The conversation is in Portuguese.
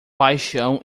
paixão